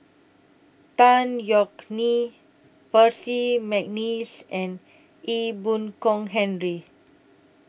Tan Yeok Nee Percy Mcneice and Ee Boon Kong Henry